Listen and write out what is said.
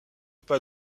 pas